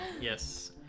Yes